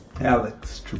Alex